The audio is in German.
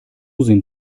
sind